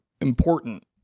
important